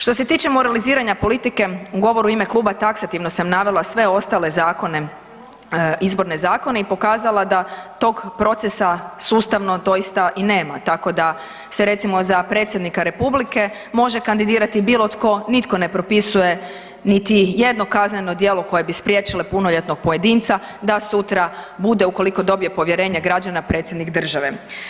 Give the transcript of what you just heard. Što se tiče moraliziranja politike u govoru ime kluba taksativno sam navela sve ostale zakone, izborne zakone i pokazala da tog procesa sustavnog doista i nema tako da se recimo za predsjednika republike može kandidirati bilo tko, nitko ne propisuje niti jedno kazneno djelo koje bi spriječile punoljetnog pojedinca da sutra bude ukoliko dobije povjerenje građana predsjednik države.